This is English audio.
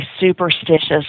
superstitious